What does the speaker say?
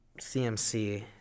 CMC